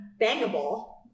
bangable